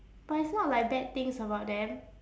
but it's not like bad things about them